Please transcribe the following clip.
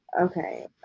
Okay